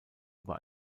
über